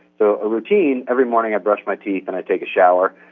so a routine, every morning i brush my teeth and i take a shower,